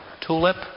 tulip